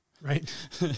Right